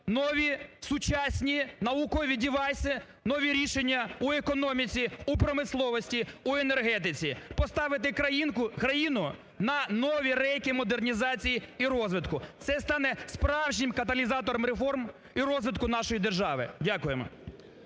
нові сучасні наукові девайси, нові рішення в економіці, в промисловості, в енергетиці. Поставити країну на нові "рейки" модернізації і розвитку. Це стане справжнім каталізатором реформ і розвитку нашої держави. Дякуємо.